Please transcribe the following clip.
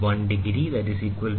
D - 1 Vernier Scale Division V